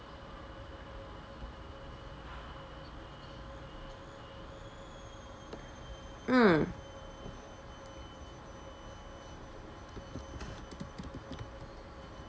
mm